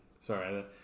Sorry